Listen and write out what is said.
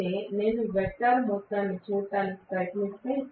అయితే నేను వెక్టార్ మొత్తాన్ని చూడటానికి ప్రయత్నిస్తే